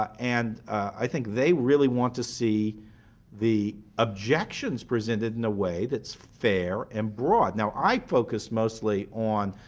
ah and i think they really want to see the objections presented in a way that's fair and broad. now i focus mostly on